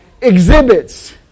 Exhibits